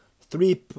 Three